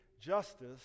justice